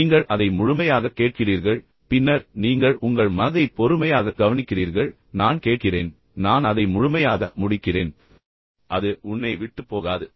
நீங்கள் அதை முழுமையாகக் கேட்கிறீர்கள் பின்னர் நீங்கள் உங்கள் மனதை பொறுமையாகக் கவனிக்கிறீர்கள் நான் கேட்கிறேன் நான் அதை முழுமையாக முடிக்கிறேன் என்னை விட்டு போ ஆனால் ஆனால் அது உன்னை விட்டு போகாது